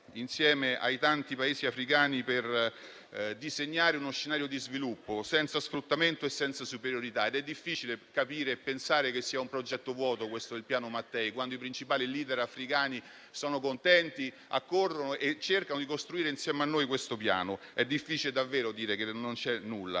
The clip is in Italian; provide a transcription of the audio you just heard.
insieme ai tanti Paesi africani per disegnare uno scenario di sviluppo, senza sfruttamento e senza superiorità ed è difficile capire e pensare che sia un progetto vuoto questo del "Piano Mattei", quando i principali *leader* africani sono contenti, accorrono e cercano di costruire insieme a noi questo piano. È difficile davvero dire che non c'è nulla.